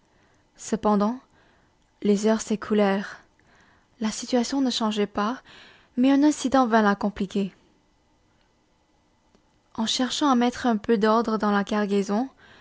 cependant les heures s'écoulèrent la situation ne changeait pas mais un incident vint la compliquer en cherchant à mettre un peu d'ordre dans la cargaison